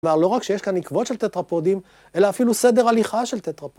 כלומר, לא רק שיש כאן עקבות של טטרפודים, אלא אפילו סדר הליכה של טטרפודים.